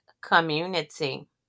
community